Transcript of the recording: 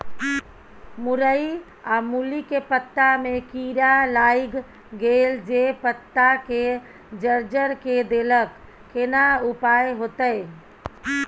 मूरई आ मूली के पत्ता में कीरा लाईग गेल जे पत्ता के जर्जर के देलक केना उपाय होतय?